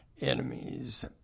enemies